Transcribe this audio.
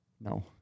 No